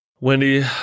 Wendy